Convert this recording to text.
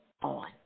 on